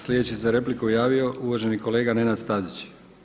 Sljedeći se za repliku javio uvaženi kolega Nenad Stazić.